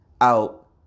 out